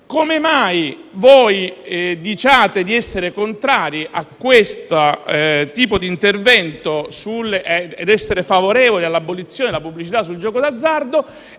come mai dite di essere contrari a questo tipo di intervento e favorevoli all'abolizione della pubblicità sul gioco d'azzardo,